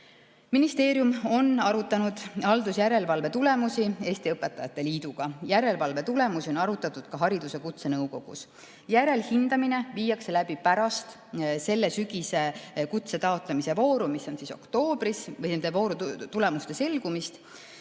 Ministeerium on arutanud haldusjärelevalve tulemusi Eesti Õpetajate Liiduga. Järelevalve tulemusi on arutatud ka Hariduse Kutsenõukogus. Järelhindamine viiakse läbi pärast sellel sügisel toimuvat kutse taotlemise vooru, mis on oktoobris, või pärast vooru tulemuste selgumist.